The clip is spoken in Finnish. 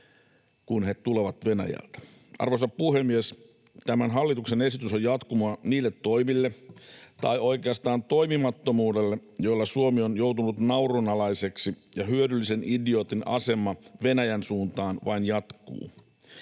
kun he tulevat Venäjältä? Arvoisa puhemies! Tämä hallituksen esitys on jatkumoa niille toimille tai oikeastaan toimimattomuudelle, jolla Suomi on joutunut naurunalaiseksi, ja hyödyllisen idiootin asema Venäjän suuntaan vain jatkuu.